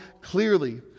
clearly